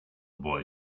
boy